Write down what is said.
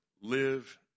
live